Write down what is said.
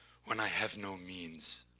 when i have no means,